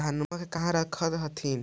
धनमा के कहा रख हखिन?